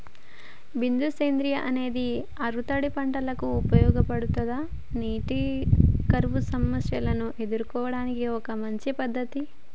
బిందు సేద్యం అనేది ఆరుతడి పంటలకు ఉపయోగపడుతుందా నీటి కరువు సమస్యను ఎదుర్కోవడానికి ఒక మంచి పద్ధతి?